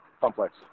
Complex